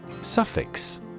Suffix